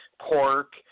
pork